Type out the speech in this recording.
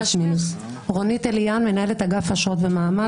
לא חלילה שאני מפקפקת,